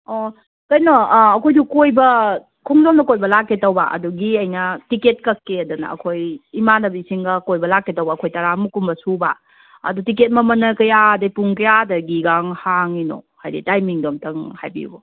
ꯑꯣ ꯀꯩꯅꯣ ꯑꯩꯈꯣꯏꯗꯨ ꯀꯣꯏꯕ ꯈꯣꯡꯖꯣꯝꯗ ꯀꯣꯏꯕ ꯂꯥꯛꯀꯦ ꯇꯧꯕ ꯑꯗꯨꯒꯤ ꯑꯩꯅ ꯇꯤꯀꯦꯠ ꯀꯛꯀꯦꯗꯅ ꯑꯩꯈꯣꯏ ꯏꯃꯥꯟꯅꯕꯤꯁꯤꯡꯒ ꯀꯣꯏꯕ ꯂꯥꯛꯀꯦ ꯇꯧꯕ ꯑꯩꯈꯣꯏ ꯇꯔꯥꯃꯨꯛ ꯀꯨꯝꯕ ꯁꯨꯕ ꯑꯗꯨ ꯇꯤꯀꯦꯠ ꯃꯃꯟꯅ ꯀꯌꯥꯗꯩ ꯄꯨꯡ ꯀꯌꯥꯗꯒꯤꯒ ꯍꯥꯡꯉꯤꯅꯣ ꯍꯥꯏꯗꯤ ꯇꯥꯏꯃꯤꯡꯗꯣ ꯑꯃꯨꯛꯇꯪ ꯍꯥꯏꯕꯤꯌꯨ